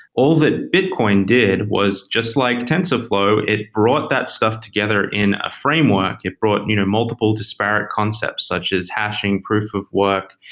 all that bitcoin did was just like tensorflow, it brought that stuff together in a framework. it brought you know multiple disparate concepts such as hashing proof of work,